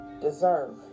deserve